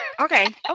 Okay